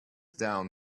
down